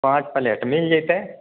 पाँच प्लेट मिल जेतै